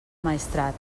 maestrat